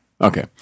Okay